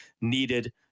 needed